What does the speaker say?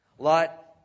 Lot